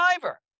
driver